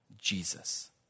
Jesus